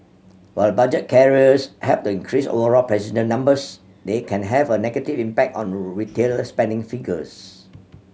while budget carriers help to increase overall passenger numbers they can have a negative impact on retail spending figures